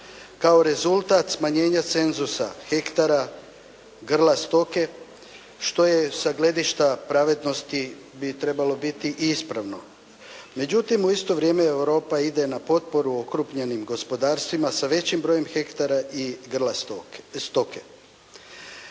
kao rezultat smanjenja cenzusa hektara grla stoke što je sa gledišta pravednosti bi trebalo biti ispravno. Međutim u isto vrijeme Europa ide na potporu okrupnjenim gospodarstvima sa većim brojem hektara i grla stoke.